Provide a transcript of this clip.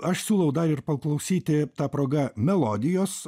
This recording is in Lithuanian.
aš siūlau dar ir paklausyti ta proga melodijos